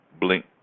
blink